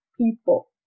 people